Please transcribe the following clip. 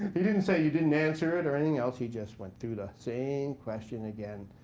he didn't say, you didn't answer it or anything else. he just went through the same question again.